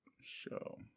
show